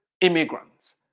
immigrants